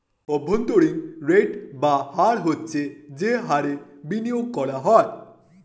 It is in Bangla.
অভ্যন্তরীণ রেট বা হার হচ্ছে যে হারে বিনিয়োগ করা হয়